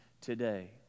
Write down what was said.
today